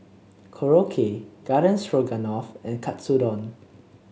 Korokke Garden Stroganoff and Katsudon